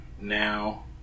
now